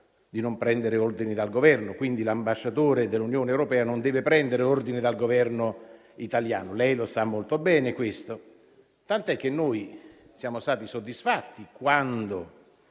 di non prendere ordini dal Governo. Quindi l'ambasciatore dell'Unione europea non deve prendere ordini dal Governo italiano e lei questo lo sa molto bene. Ciò è tanto vero che noi siamo stati soddisfatti quando